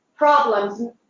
problems